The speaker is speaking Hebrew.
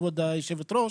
כבוד היושבת-ראש,